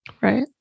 right